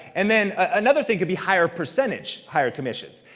and then another thing could be higher percentage, higher commissions.